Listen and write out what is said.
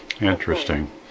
Interesting